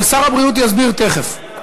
אבל שר הבריאות יסביר תכף.